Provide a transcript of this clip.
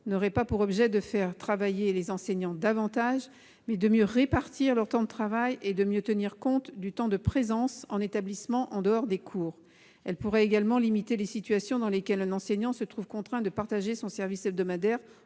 n'aurait pas pour objet de faire davantage travailler les enseignants, mais de mieux répartir leur temps de travail et de mieux tenir compte du temps de présence en établissement en dehors des cours. Elle pourrait également limiter les situations dans lesquelles un enseignant se trouve contraint de partager son service hebdomadaire